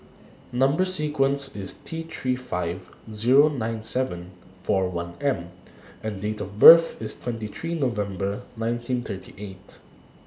Number sequence IS T three five Zero nine seven four one M and Date of birth IS twenty three November nineteen thirty eight